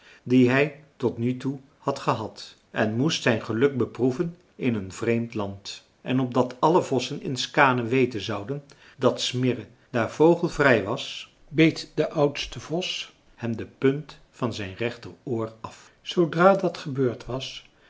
die hij tot nu toe had gehad en moest zijn geluk beproeven in een vreemd land en opdat alle vossen in skaane weten zouden dat smirre daar vogelvrij was beet de oudste vos hem de punt van zijn rechteroor af zoodra dat gebeurd was